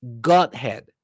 Godhead